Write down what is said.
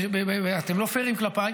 אתם לא פיירים כלפיי,